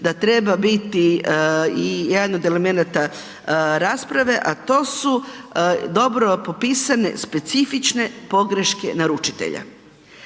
da treba biti i jedan od elemenata rasprave, a to su dobro popisane specifične pogreške naručitelja.